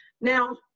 Now